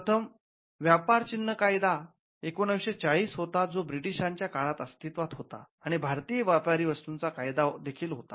प्रथम व्यापार चिन्ह कायदा १९४० होता जो ब्रिटीशांच्या काळात अस्तित्त्वात होता आणि भारतीय व्यापारी वस्तूंचा कायदा देखील होता